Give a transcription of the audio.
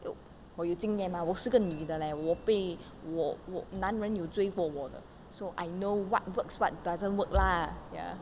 我有经验 ah 我是个女的 leh 我被我我男人有追过我的 so I know what works what doesn't work lah ya